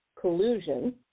collusion